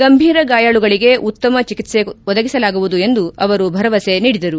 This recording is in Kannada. ಗಂಭೀರ ಗಾಯಾಳುಗಳಿಗೆ ಉತ್ತಮ ಚಿಕಿತ್ಲೆ ಒದಗಿಸಲಾಗುವುದು ಎಂದು ಅವರು ಭರವಸೆ ನೀಡಿದರು